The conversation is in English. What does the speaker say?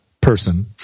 person